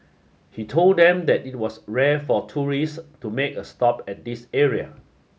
he told them that it was rare for tourists to make a stop at this area